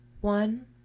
one